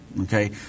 okay